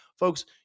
Folks